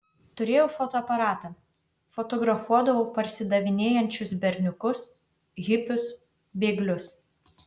turėjau fotoaparatą fotografuodavau parsidavinėjančius berniukus hipius bėglius